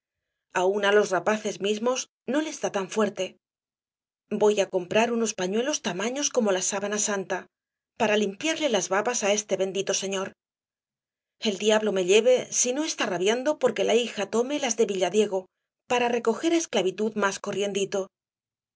aun á los rapaces mismos no les da tan fuerte voy á comprar unos pañuelos tamaños como la sábana santa para limpiarle las babas á este bendito señor el diablo me lleve si no está rabiando porque la hija tome las de villadiego para recoger á esclavitud más corriendito